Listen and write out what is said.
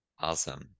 Awesome